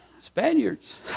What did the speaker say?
Spaniards